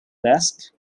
desk